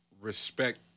respect